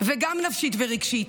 וגם נפשית ורגשית,